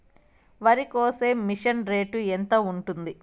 వరికోసే machine rate ఎంత ఉంటుంది?